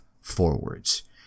forwards